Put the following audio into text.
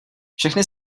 všechny